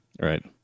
Right